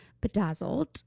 bedazzled